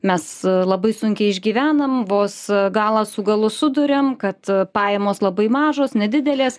mes labai sunkiai išgyvenam vos galą su galu suduriam kad pajamos labai mažos nedidelės